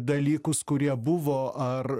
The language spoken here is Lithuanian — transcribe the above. dalykus kurie buvo ar